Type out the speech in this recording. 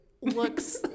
looks